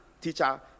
teacher